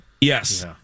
Yes